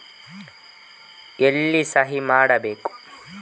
ಎಲ್ಲಿ ಸಹಿ ಮಾಡಬೇಕು?